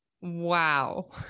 wow